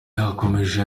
yakomeje